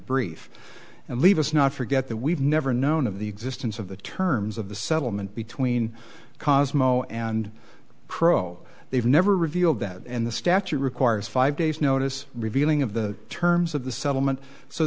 brief and leave us not forget that we've never known of the existence of the terms of the settlement between cosmo and pro they've never revealed that in the statute requires five days notice revealing of the terms of the settlement so